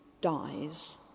dies